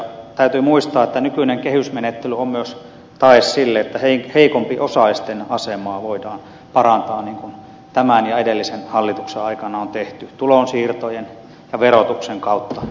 täytyy muistaa että nykyinen kehysmenettely on myös tae sille että heikompiosaisten asemaa voidaan parantaa niin kuin tämän ja edellisen hallituksen aikana on tehty tulonsiirtojen ja verotuksen kautta esimerkiksi